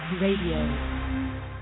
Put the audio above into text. Radio